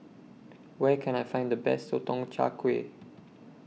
Where Can I Find The Best Sotong Char Kway